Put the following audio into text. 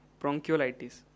bronchiolitis